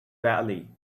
valley